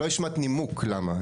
לא השמעת נימוק למה.